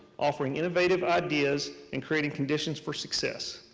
offering innovative ideas, and creating conditions for success.